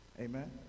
amen